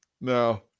No